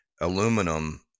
aluminum